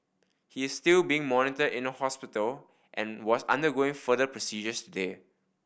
he is still being monitored in a hospital and was undergoing further procedures today